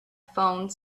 phone